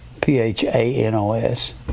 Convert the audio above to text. P-H-A-N-O-S